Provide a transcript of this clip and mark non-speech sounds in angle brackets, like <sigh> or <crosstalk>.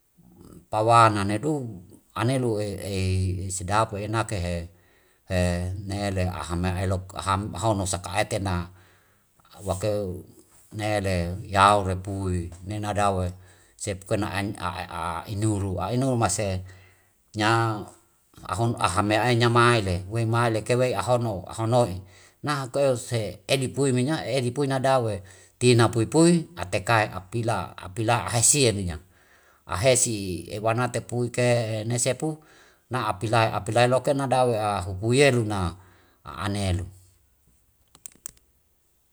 Pawana nedu anela <hesitation> sedapu enakehe <hesitation> na ele ahe ma elok aham ahono saka etena wakeu nede yaure pui nena dau'e sepuke ne <hesitation> inuru a'inuru mase nya ahano ahame ai nya maile woi maile kewei ahono ahono'i na hakeuse edi pui menya edi pui nada we tina pui pui ateka apila hasie de nya. Ahesi ewanate pui ke ne sepu na apilai loke ne dau <hesitation> hupu yelu na anelu.